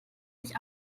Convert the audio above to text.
nicht